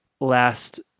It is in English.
last